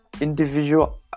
individual